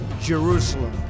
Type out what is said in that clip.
Jerusalem